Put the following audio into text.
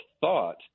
thought